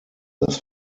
das